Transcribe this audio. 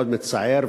מאוד מצער,